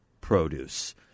produce